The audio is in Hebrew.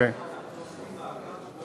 אנחנו עושים מעקב,